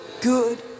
good